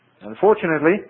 Unfortunately